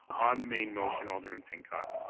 on the main motion, alderman pincott.